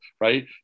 right